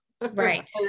right